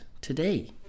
today